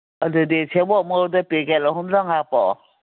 ꯑꯗꯗꯨꯤ ꯁꯦꯕꯣꯠ ꯃꯔꯨꯗꯨ ꯄꯦꯀꯦꯠ ꯑꯍꯨꯝꯗꯪ ꯍꯥꯞꯄꯛꯑꯣ